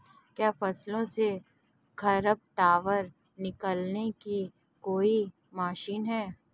क्या फसलों से खरपतवार निकालने की कोई मशीन है?